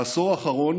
בעשור האחרון